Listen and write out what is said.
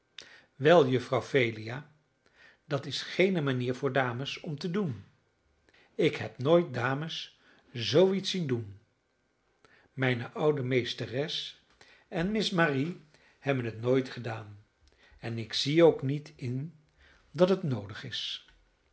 wel juffrouw phelia dat is geene manier voor dames om te doen ik heb nooit dames zoo iets zien doen mijne oude meesteres en miss marie hebben het nooit gedaan en ik zie ook niet in dat het noodig is